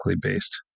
based